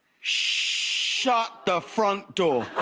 shut the front door.